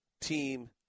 team